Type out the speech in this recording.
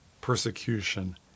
persecution